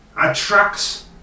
attracts